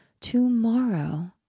tomorrow